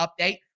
update